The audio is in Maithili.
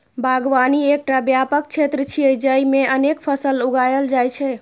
बागवानी एकटा व्यापक क्षेत्र छियै, जेइमे अनेक फसल उगायल जाइ छै